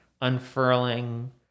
unfurling